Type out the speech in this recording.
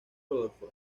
rodolfo